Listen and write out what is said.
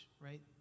right